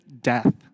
death